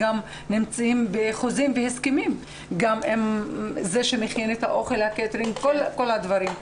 על חוזים והסכמים עם חברת הקייטרינג ועם כל מיני גורמים.